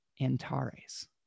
Antares